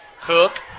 Cook